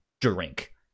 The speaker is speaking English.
drink